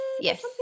Yes